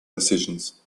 decisions